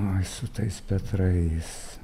ai su tais petrais